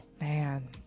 Man